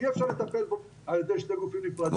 אי אפשר לטפל בו על ידי שני גופים נפרדים.